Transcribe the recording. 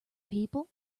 people